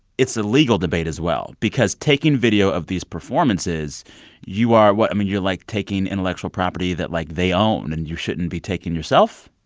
it's a legal debate, as well, because taking video of these performances you are what? i mean, you're, like, taking intellectual property that, like, they own and you shouldn't be taking yourself.